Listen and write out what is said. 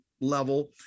level